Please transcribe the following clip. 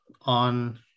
on